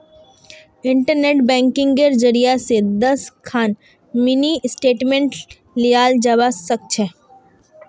internet बैंकिंगेर जरियई स दस खन मिनी स्टेटमेंटक लियाल जबा स ख छ